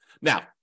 Now